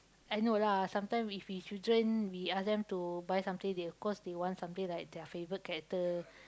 I know lah sometime if we children we ask them to buy something they of course they want something like their favourite character